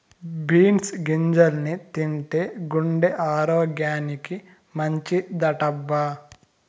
beans గింజల్ని తింటే గుండె ఆరోగ్యానికి మంచిదటబ్బా